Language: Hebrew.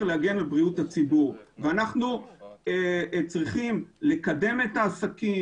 להגן על בריאות הציבור ואנחנו צריכים לקדם את העסקים